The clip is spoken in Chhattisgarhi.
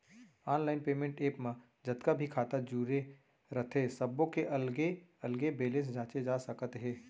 आनलाइन पेमेंट ऐप म जतका भी खाता जुरे रथे सब्बो के अलगे अलगे बेलेंस जांचे जा सकत हे